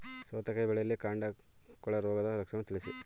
ಸೌತೆಕಾಯಿ ಬೆಳೆಯಲ್ಲಿ ಕಾಂಡ ಕೊಳೆ ರೋಗದ ಲಕ್ಷಣವನ್ನು ತಿಳಿಸಿ?